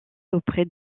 auprès